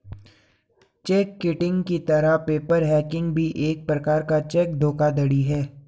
check kiting की तरह paper hanging भी एक प्रकार का चेक धोखाधड़ी है